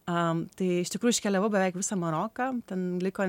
tai iš tikrųjų iškeliavau beveik visą maroką ten liko